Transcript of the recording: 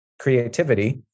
creativity